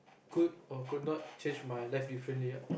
could or could not change my life differently ah